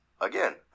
again